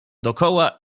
dokoła